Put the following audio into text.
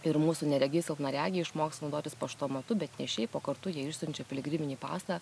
ir mūsų neregiai silpnaregiai išmoks naudotis paštomatu bet ne šiaip o kartu jie išsiunčia piligriminį pasą